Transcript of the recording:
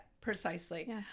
precisely